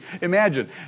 imagine